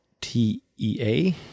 T-E-A